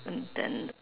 and then